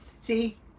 See